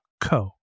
co